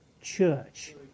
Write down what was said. church